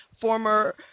former